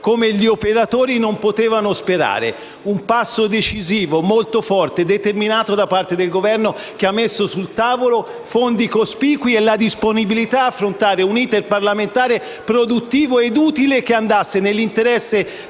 come gli operatori non avrebbero sperato. Si tratta di un passo decisivo, molto forte e determinato del Governo, che ha messo sul tavolo fondi cospicui e la disponibilità ad affrontare un iter parlamentare produttivo e utile che andasse nell’interesse